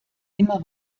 immer